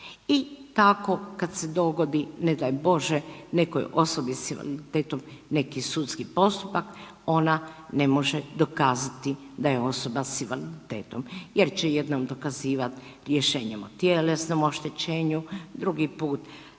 i tako kad se dogodi ne daj Bože nekoj osobi s invaliditetom neki sudski postupak ona ne može dokazati da je osoba s invaliditetom jer će jednom dokazivat rješenjem o tjelesnom oštećenju, drugi put